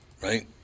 right